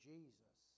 Jesus